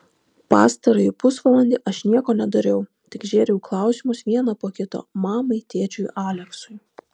pastarąjį pusvalandį aš nieko nedariau tik žėriau klausimus vieną po kito mamai tėčiui aleksui